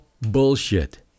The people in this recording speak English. bullshit